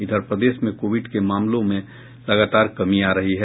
इधर प्रदेश में कोविड के मामलों में लगातार कमी आ रही है